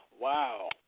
Wow